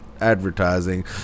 advertising